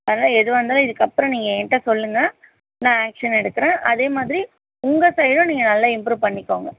அதனாலே எதுவாகருந்தாலும் இதுக்கப்புறோம் நீங்கள் என்கிடட சொல்லுங்க நான் ஆக்ஷன் எடுக்கிறேன் அதே மாதிரி உங்கள் சைடும் நீங்கள் நல்லா இம்ப்ரூவ் பண்ணிக்கோங்க